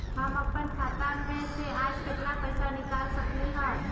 हम अपन खाता में से आज केतना पैसा निकाल सकलि ह?